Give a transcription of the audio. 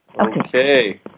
Okay